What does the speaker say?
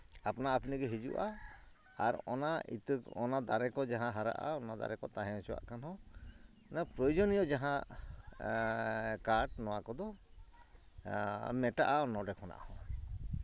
ᱟᱯᱱᱟᱼᱟᱯᱱᱤ ᱜᱮ ᱦᱤᱡᱩᱜᱼᱟ ᱟᱨ ᱚᱱᱟ ᱤᱛᱟᱹ ᱠᱚ ᱚᱱᱟ ᱫᱟᱨᱮ ᱠᱚ ᱡᱟᱦᱟᱸ ᱦᱟᱨᱟᱜᱼᱟ ᱚᱱᱟ ᱫᱟᱨᱮ ᱠᱚ ᱛᱟᱦᱮᱸ ᱦᱚᱪᱚᱣᱟᱜ ᱠᱷᱟᱱ ᱦᱚᱸ ᱢᱟᱱᱮ ᱯᱨᱚᱭᱳᱡᱚᱱᱤᱭᱚ ᱡᱟᱦᱟᱸ ᱠᱟᱴ ᱱᱚᱣᱟ ᱠᱚᱫᱚ ᱢᱮᱴᱟᱜᱼᱟ ᱱᱚᱰᱮ ᱠᱷᱚᱱᱟᱜ ᱦᱚᱸ